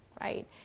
right